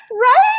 Right